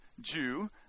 Jew